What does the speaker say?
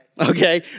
Okay